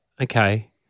Okay